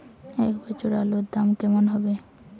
এ বছর আলুর দাম কেমন হবে?